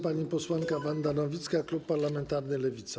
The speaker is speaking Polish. Pani posłanka Wanda Nowicka, klub parlamentarny Lewica.